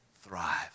thrive